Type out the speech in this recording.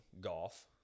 golf